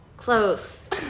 close